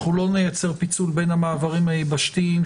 שאנחנו לא נייצר פיצול בין המעברים היבשתיים,